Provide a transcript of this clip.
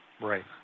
right